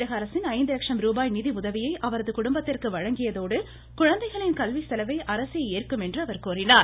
தமிழக அரசின் ஐந்து லட்சம் ரூபாய் நிதி உதவியை அவரது குடும்பத்திற்கு வழங்கியதோடு குழந்தைகளின் கல்வி செலவை அரசே அஏற்கும் என்று அமைச்சர் கூறியுள்ளார்